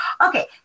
Okay